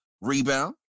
Rebound